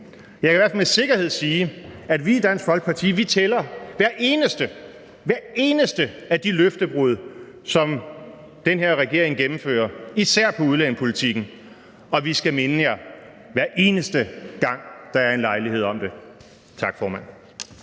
Jeg kan i hvert fald med sikkerhed sige, at vi i Dansk Folkeparti tæller hvert eneste – hvert eneste – løftebrud, som den her regering gennemfører, især på udlændingepolitikken. Og vi skal minde jer om det, hver eneste gang der er en lejlighed til det. Tak, formand.